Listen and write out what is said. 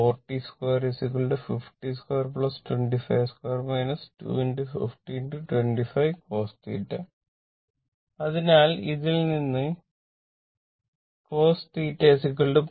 402 502 252 25025 cos θ അതിനാൽ ഇവിടെ നിന്ന് cos theta 0